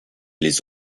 les